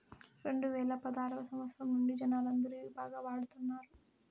రెండువేల పదారవ సంవచ్చరం నుండి జనాలందరూ ఇవి బాగా వాడుతున్నారు